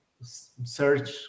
search